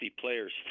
players